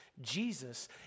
Jesus